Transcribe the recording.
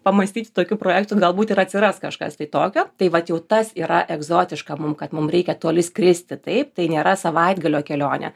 pamąstyti tokių projektų galbūt ir atsiras kažkas tai tokio tai vat jau tas yra egzotiška mum kad mum reikia toli skristi taip tai nėra savaitgalio kelionė